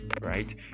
Right